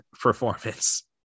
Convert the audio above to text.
performance